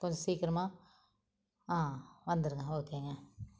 கொஞ்சம் சீக்கிரமாக ஆ வந்துடுங்க ஓகேங்க